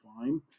fine